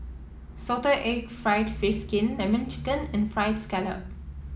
Salted Egg fried fish skin lemon chicken and fried scallop